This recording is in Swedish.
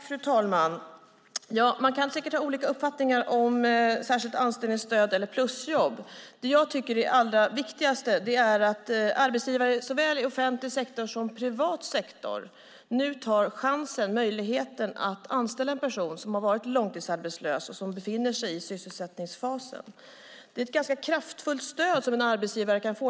Fru talman! Man kan säkert ha olika uppfattningar om särskilt anställningsstöd eller plusjobb. Det jag tycker är det allra viktigaste är att arbetsgivare såväl i offentlig som privat sektor nu tar chansen och möjligheten att anställa en person som har varit långtidsarbetslös och som befinner sig i sysselsättningsfasen. Det är ett ganska kraftfullt stöd som arbetsgivare kan få.